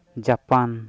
Japan